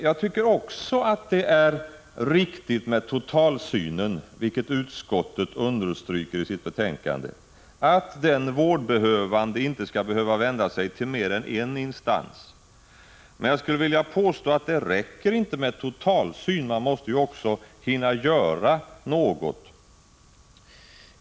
Jag tycker också att det är riktigt med totalsynen — som utskottet understryker i sitt betänkande — att den vårdbehövande inte skall behöva vända sig till mer än en instans, men jag skulle vilja påstå att det inte räcker med en totalsyn. Man måste ju också hinna göra något.